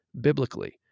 biblically